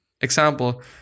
example